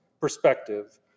perspective